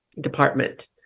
department